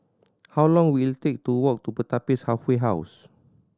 how long will it take to walk to Pertapis Halfway House